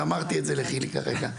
ואמרתי את זה לחיליק הרגע,